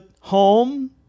home